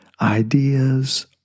ideas